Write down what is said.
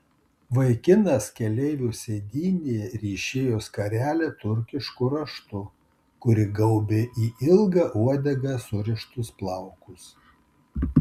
vaikinas keleivio sėdynėje ryšėjo skarelę turkišku raštu kuri gaubė į ilgą uodegą surištus plaukus